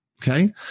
Okay